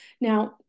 Now